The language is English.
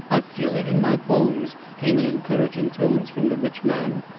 i feel it in my bones, came in encouraging tones from the rich man.